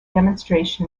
demonstration